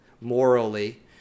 morally